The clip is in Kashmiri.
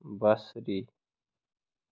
بَصری